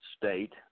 state